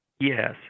Yes